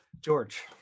George